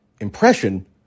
impression